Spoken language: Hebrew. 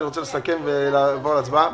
אני רוצה לסכם ואז לעבור להצבעה.